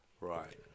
Right